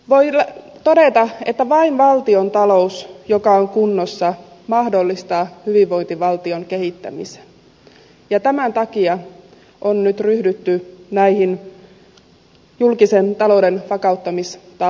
voi todeta että vain valtiontalous joka on kunnossa mahdollistaa hyvinvointivaltion kehittämisen ja tämän takia on nyt ryhdytty näihin julkisen talouden vakauttamistalkoisiin